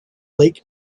lake